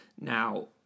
Now